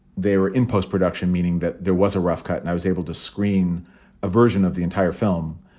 they were in post-production, meaning that there was a rough cut and i was able to screen a version of the entire film